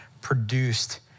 produced